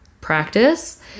practice